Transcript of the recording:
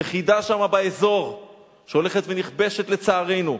יחידה שם באזור שהולכת ונכבשת, לצערנו.